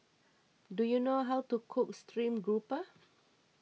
do you know how to cook Stream Grouper